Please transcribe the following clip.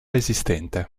esistente